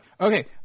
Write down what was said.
okay